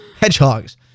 Hedgehogs